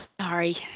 Sorry